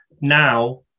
Now